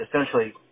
essentially